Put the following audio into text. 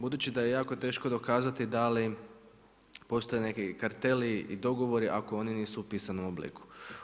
Budući da je jako teško dokazati da li postoje neki karteli, dogovori, ako oni nisu u pisanom obliku.